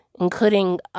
including